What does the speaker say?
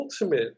ultimate